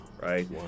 Right